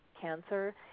cancer